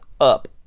up